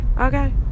okay